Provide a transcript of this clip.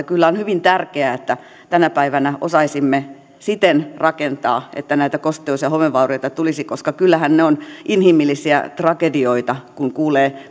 kyllä on hyvin tärkeää että tänä päivänä osaisimme rakentaa siten että näitä kosteus ja homevaurioita ei tulisi koska kyllähän ne ovat inhimillisiä tragedioita kun kuulee